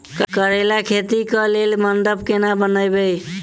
करेला खेती कऽ लेल मंडप केना बनैबे?